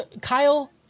kyle